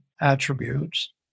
attributes